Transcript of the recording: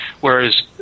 whereas